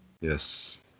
Yes